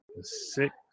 six